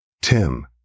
Tim